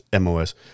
MOS